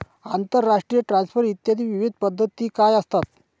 आंतरराष्ट्रीय ट्रान्सफर इत्यादी विविध पद्धती काय असतात?